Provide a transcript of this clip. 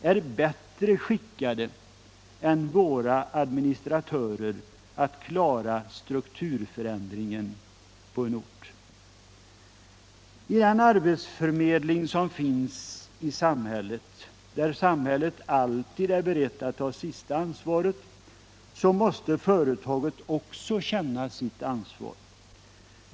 är bättre skickade än våra administratörer att klara strukturförändringarna på en ort. I den arbetsfördelning som finns i samhället, där samhället alltid är berett att ta sista ansvaret, måste företaget också känna sitt ansvar.